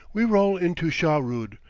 we roll into shahrood,